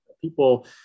people